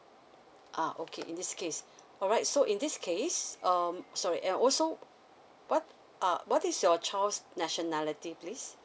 ah okay in this case alright so in this case um sorry and also what are what is your child's nationality please